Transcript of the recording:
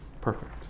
perfect